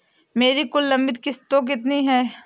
मेरी कुल लंबित किश्तों कितनी हैं?